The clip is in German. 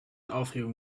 aufregung